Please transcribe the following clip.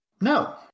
No